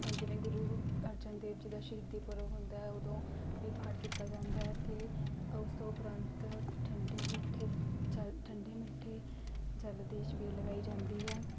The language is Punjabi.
ਜਿਵੇਂ ਗੁਰੂ ਅਰਜਨ ਦੇਵ ਜੀ ਦਾ ਸ਼ਹੀਦੀ ਪੁਰਬ ਹੁੰਦੇ ਏ ਉਦੋਂ ਵੀ ਪਾਠ ਕੀਤਾ ਜਾਂਦਾ ਹੈ ਅਤੇ ਉਸ ਤੋਂ ਉਪਰੰਤ ਠੰਡੇ ਮਿੱਠੇ ਜਲ ਠੰਡੇ ਮਿੱਠੇ ਜਲ ਦੀ ਛਬੀਲ ਲਗਾਈ ਜਾਂਦੀ ਹੈ